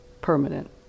permanent